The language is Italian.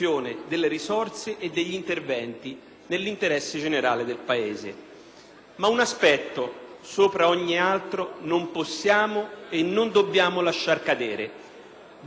Ma un aspetto sopra ogni altro non possiamo e non dobbiamo lasciar cadere: durante le audizioni è emersa unanime, con forza,